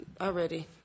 already